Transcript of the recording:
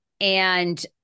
And-